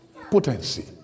potency